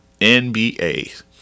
NBA